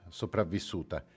sopravvissuta